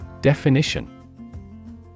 definition